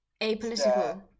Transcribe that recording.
Apolitical